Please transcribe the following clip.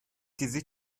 dizi